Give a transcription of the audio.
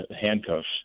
handcuffs